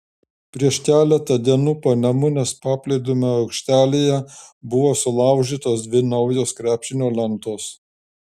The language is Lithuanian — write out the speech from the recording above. prieš keletą dienų panemunės paplūdimio aikštelėje buvo sulaužytos dvi naujos krepšinio lentos